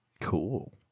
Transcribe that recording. Cool